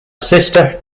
sister